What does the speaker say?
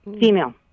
Female